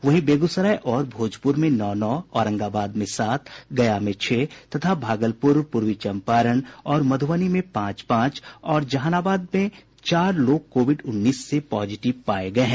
वहीं बेगूसराय और भोजपुर में नौ नौ औरंगाबाद में सात गया में छह तथा भागलपुर पूर्वी चम्पारण और मुधबनी में पांच पांच और जहानाबाद में चार लोग कोविड उन्नीस से पॉजिटिव पाये गये हैं